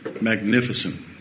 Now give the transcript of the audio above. Magnificent